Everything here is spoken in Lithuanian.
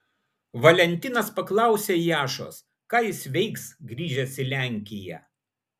valentinas paklausė jašos ką jis veiks grįžęs į lenkiją